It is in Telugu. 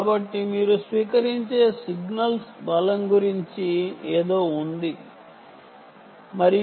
కాబట్టి మీరు స్వీకరించే సిగ్నల్స్ బలం గురించి ఏదో ఉంది మీరు తెలుసుకోవడానికి ప్రయత్నించాలి